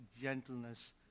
gentleness